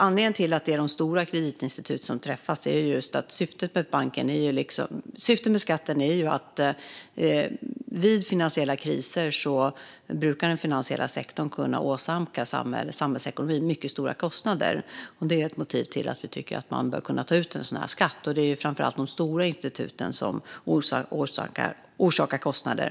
Anledningen till att det är de stora kreditinstituten som träffas är att den finansiella sektorn vid finansiella kriser brukar kunna åsamka samhällsekonomin mycket stora kostnader. Det är ett motiv till att vi tycker att man bör kunna ta ut en sådan här skatt. Det är framför allt de stora instituten som orsakar kostnader.